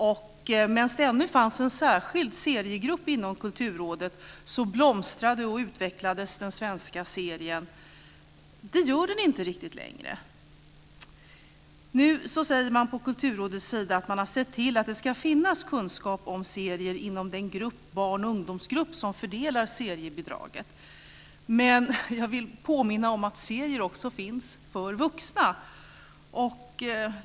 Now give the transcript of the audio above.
Medan det fortfarande fanns en särskild seriegrupp inom Kulturrådet blomstrade och utvecklades den svenska serien. Det gör den inte riktigt längre. Nu säger man från Kulturrådet att man har sett till att det ska finnas kunskap om serier inom den barn och ungdomsgrupp som fördelar seriebidraget. Men jag vill påminna om att det också finns serier för vuxna.